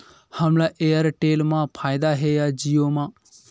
हमला एयरटेल मा फ़ायदा हे या जिओ मा?